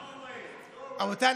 רבותיי,